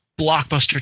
blockbuster